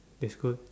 this was